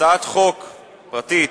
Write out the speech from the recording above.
הצעת חוק פרטית,